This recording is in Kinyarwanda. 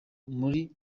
muri